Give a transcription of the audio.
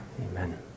Amen